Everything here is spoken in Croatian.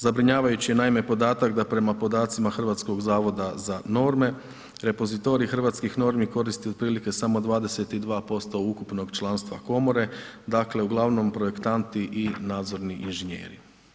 Zabrinjavajući je naime podatak da prema podacima Hrvatskog zavoda za norme, repozitorij hrvatskih normi koristi otprilike samo 22% ukupnog članstva komore, dakle uglavnom projektanti i nadzorni inženjeri.